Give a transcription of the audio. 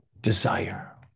desire